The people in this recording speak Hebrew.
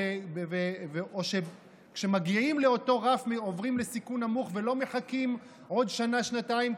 או כשמגיעים לאותו רף עוברים לסיכון נמוך ולא מחכים עוד שנה-שנתיים?